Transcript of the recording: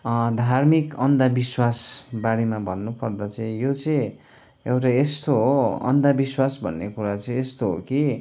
धार्मिक अन्धाविश्वास बारेमा भन्नुपर्दा चाहिँ यो चाहिँ एउटा यस्तो हो अन्धविश्वास भन्ने कुरा चाहिँ यस्तो हो कि